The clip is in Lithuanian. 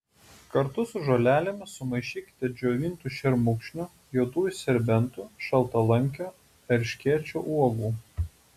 kartu su žolelėmis sumaišykite džiovintų šermukšnio juodųjų serbentų šaltalankio erškėčio uogų